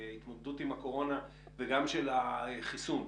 התמודדות עם הקורונה וגם של החיסון,